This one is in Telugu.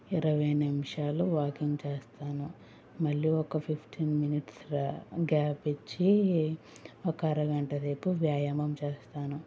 ఇరవై నిమిషాలు వాకింగ్ చేస్తాను మళ్ళీ ఒక ఫిఫ్టీన్ మినిట్స్ గ్యాప్ ఇచ్చి ఒక అరగంట సేపు వ్యాయామం చేస్తాను